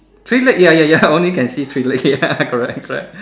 three leg ya ya ya only can see three leg ya correct correct